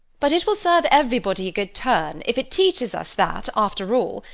but it will serve everybody a good turn if it teaches us that, after all,